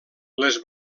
les